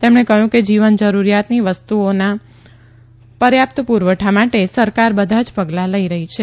તેમણે કહયું કે જીવન જરૂરીયાતની વસ્તુઓના પર્યાપ્ત પુરવઠા માટે સરકાર બધા જ પગલા લઇ રહી છે